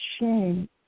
shame